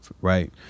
right